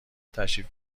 تشریف